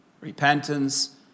Repentance